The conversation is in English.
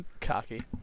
cocky